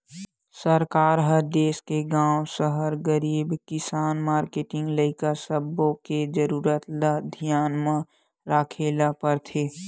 सरकार ह देस के गाँव, सहर, गरीब, किसान, मारकेटिंग, लइका सब्बो के जरूरत ल धियान म राखे ल परथे